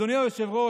אדוני היושב-ראש,